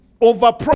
Over